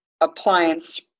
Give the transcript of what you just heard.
appliance